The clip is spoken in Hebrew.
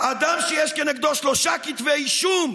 אדם שיש כנגדו שלושה כתבי אישום,